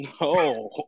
No